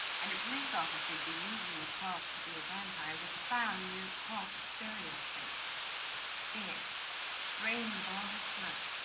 and a police officer believed in croft to be a vampire was found near cross burial place dead drained of all his blood